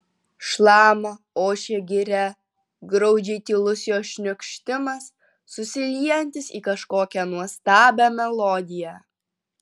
šlama ošia giria graudžiai tylus jos šniokštimas susiliejantis į kažkokią nuostabią melodiją